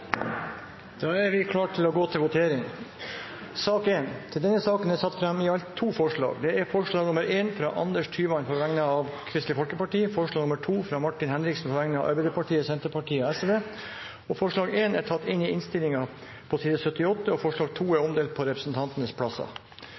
Da er vi klare til å gå til votering. Til denne saken er det satt fram i alt to forslag. Det er forslag nr. 1, fra Anders Tyvand på vegne av Kristelig Folkeparti forslag nr. 2, fra Martin Henriksen på vegne av Arbeiderpartiet, Senterpartiet og Sosialistisk Venstreparti Forslag nr. 2 er omdelt på representantenes plasser i salen. Det voteres over forslag